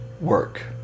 work